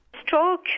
Stroke